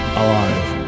alive